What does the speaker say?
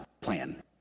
plan